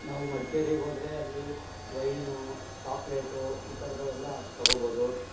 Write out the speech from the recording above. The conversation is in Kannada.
ನಾವು ಮಡಿಕೇರಿಗೋದ್ರೆ ಅಲ್ಲಿ ವೈನು ಚಾಕ್ಲೇಟು ಈ ಥರದವೆಲ್ಲ ತೊಗೋಬೋದು